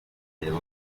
bitewe